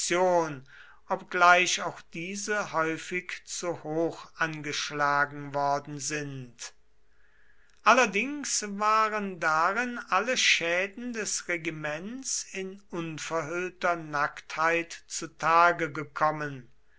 obgleich auch diese häufig zu hoch angeschlagen worden sind allerdings waren darin alle schäden des regiments in unverhüllter nacktheit zu tage gekommen